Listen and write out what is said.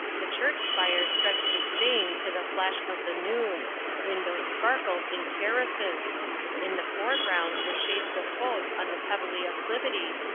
the church spire stretched its vane to the flash of the noon windows sparkled in terraces in the fore ground were shapes of boats on the pebbly acclivity,